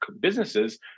businesses